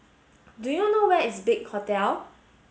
do you know where is Big Hotel